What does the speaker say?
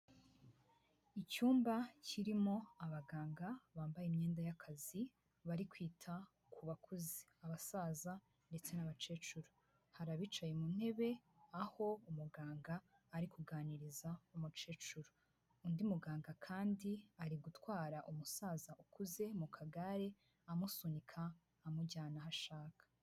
Icyumba kirimo abaganga bambaye imyenda y'akazi bari kwita ku bakuze abasaza ndetse n'abakecuru, hari abicaye mu ntebe aho umuganga ari kuganiriza umucecuru, undi muganga kandi ari gutwara umusaza ukuze mu kagare amusunika amujyana aho ashaka.